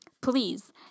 Please